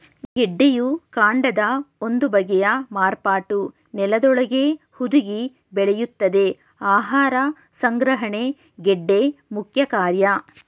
ಗೆಡ್ಡೆಯು ಕಾಂಡದ ಒಂದು ಬಗೆಯ ಮಾರ್ಪಾಟು ನೆಲದೊಳಗೇ ಹುದುಗಿ ಬೆಳೆಯುತ್ತದೆ ಆಹಾರ ಸಂಗ್ರಹಣೆ ಗೆಡ್ಡೆ ಮುಖ್ಯಕಾರ್ಯ